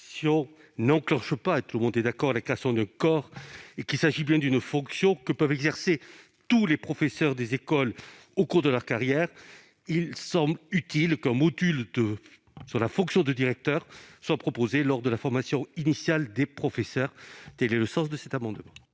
création d'un corps- tout le monde est d'accord sur ce point -et qu'il s'agit bien d'une fonction que peuvent exercer tous les professeurs des écoles au cours de leur carrière, il semble utile qu'un module sur la fonction de directeur soit proposé lors de la formation initiale des professeurs. Quel est l'avis de la commission